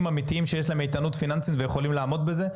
אמיתיים שיש להם איתנות פיננסית ויכולים לעמוד בזה.